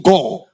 God